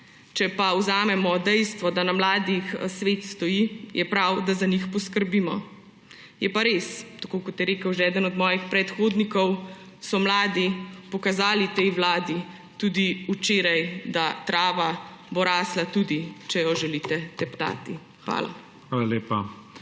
Če pa vzamemo dejstvo, da na mladih svet stoji, je prav, da za njih poskrbimo. Je pa res, tako kot je rekel že eden od mojih predhodnikov, mladi so pokazali tej vladi tudi včeraj, da bo trava rasla, tudi če jo želite teptati. Hvala. PREDSEDNIK